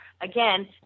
Again